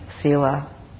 sila